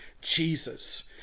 Jesus